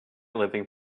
living